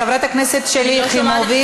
חברת הכנסת שלי יחימוביץ.